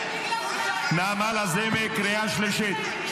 נעמה לזימי, קריאה שלישית.